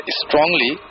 strongly